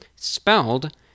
Spelled